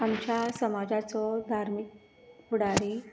आमच्या समाजाचो धार्मीक फुडारी